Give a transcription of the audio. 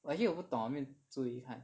actually 我不懂没有注意看